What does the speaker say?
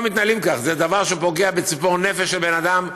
זה דבר שפוגע בציפור הנפש של אדם,